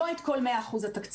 לא את כל 100% התקציבים.